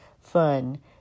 fun